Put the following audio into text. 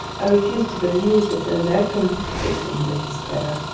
i refuse to believe that an american is at the end of his tether.